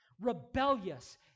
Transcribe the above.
rebellious